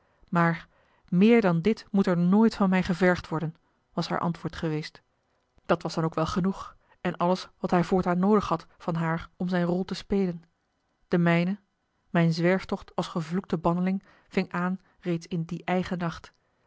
maar meer dan dit moet er nooit van mij gevergd worden was haar antwoord geweest dat was dan ook wel genoeg en alles wat hij voortaan noodig had van haar om zijne rol te spelen de mijne mijn zwerftocht als gevloekte banneling ving aan reeds in dien eigen nacht